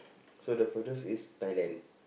so the furthest is Thailand